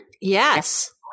Yes